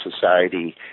society